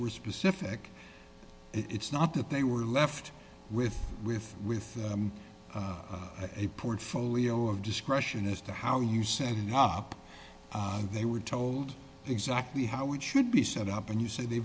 were specific it's not that they were left with with with a portfolio of discretion as to how you set it up they were told exactly how it should be set up and you say they